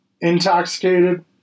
intoxicated